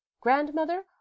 Grandmother